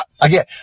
Again